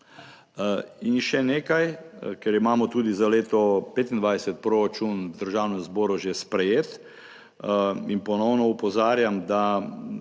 In še nekaj, ker imamo tudi za leto 2025 proračun v Državnem zboru že sprejet in ponovno opozarjam, da